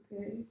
Okay